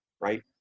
right